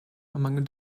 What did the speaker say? among